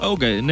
Okay